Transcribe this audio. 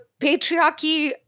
patriarchy